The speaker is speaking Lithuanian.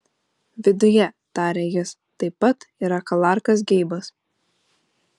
viduje tarė jis taip pat yra klarkas geibas